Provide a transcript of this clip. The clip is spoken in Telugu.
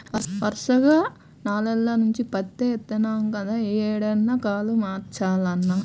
వరసగా నాల్గేల్ల నుంచి పత్తే యేత్తన్నాం గదా, యీ ఏడన్నా కాలు మార్చాలన్నా